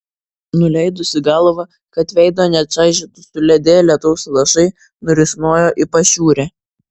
nuleidusi galvą kad veido nečaižytų suledėję lietaus lašai nurisnojo į pašiūrę